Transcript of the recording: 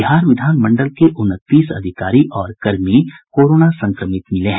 बिहार विधान मंडल के उनतीस अधिकारी और कर्मी कोरोना संक्रमित मिले हैं